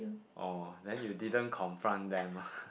oh then you didn't confront them ah